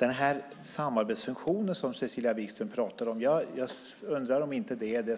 Jag undrar om den samarbetsfunktion som Cecilia Wigström pratar om är det